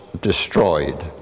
destroyed